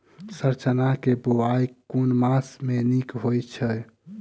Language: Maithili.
सर चना केँ बोवाई केँ मास मे नीक होइ छैय?